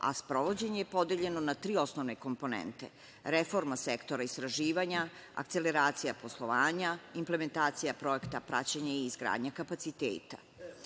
a sprovođenje je podeljeno na tri osnovne komponente - reforma sektora istraživanja, akceleracija poslovanja, implementacija projekta, praćenje i izgradnja kapaciteta.